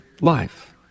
life